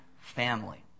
family